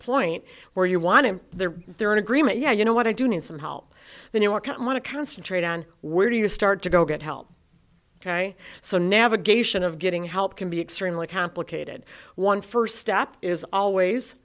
point where you want him there they're in agreement yeah you know what i do need some help then you want to i want to concentrate on where do you start to go get help ok so navigation of getting help can be extremely complicated one first step is always